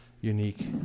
unique